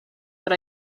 but